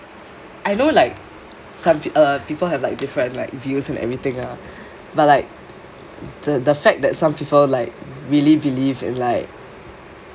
I know like some~ uh people have like different like views and everything lah but like th~ the fact that some people like really really like